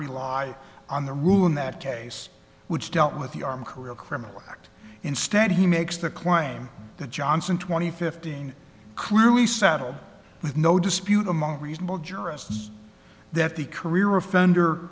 rely on the rule in that case which dealt with the arm career criminal act instead he makes the claim that johnson twenty fifteen clearly settled with no dispute among reasonable jurists that the career offender